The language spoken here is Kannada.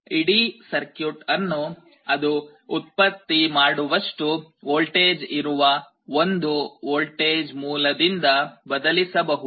ಇಡೀ ಸರ್ಕ್ಯೂಟ್ ಅನ್ನು ಅದು ಉತ್ಪತ್ತಿ ಮಾಡುವಷ್ಟು ವೋಲ್ಟೇಜ್ ಇರುವ ಒಂದು ವೋಲ್ಟೇಜ್ ಮೂಲದಿಂದ ಬದಲಿಸಬಹುದು